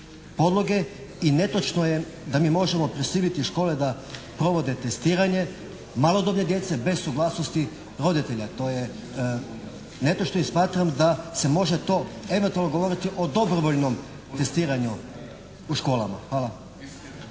I netočno je da mi možemo prisiliti škole da provode testiranje malodobne djece bez suglasnosti roditelja. To je netočno i smatram da se može to eventualno govoriti o dobrovoljnom testiranju u školama. Hvala.